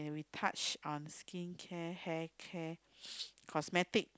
touch on skin care hair care cosmetic